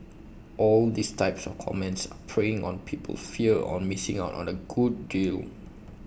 all these type of comments preying on people's fear on missing out on A good deal